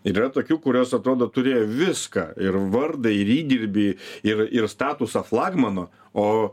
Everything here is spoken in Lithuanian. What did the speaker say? ir yra tokių kurios atrodo turėjo viską ir vardą ir įdirbį ir ir statusą flagmano o